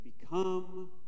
become